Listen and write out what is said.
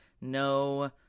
no